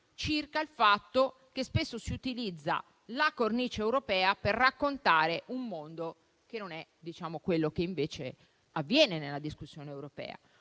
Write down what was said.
circa il fatto che spesso si utilizza la cornice europea per raccontare un mondo che non si riscontra nella discussione europea.